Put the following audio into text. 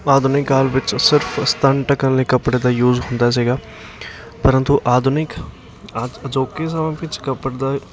ਆਧੁਨਿਕ ਕਾਲ ਵਿੱਚ ਸਿਰਫ ਸਤਨ ਢਕਣ ਲਈ ਕੱਪੜੇ ਦਾ ਯੂਜ ਹੁੰਦਾ ਸੀਗਾ ਪਰੰਤੂ ਆਧੁਨਿਕ ਅੱਜ ਅਜੋਕੇ ਸਮੇਂ ਵਿੱਚ ਕੱਪੜੇ ਦਾ